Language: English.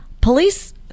Police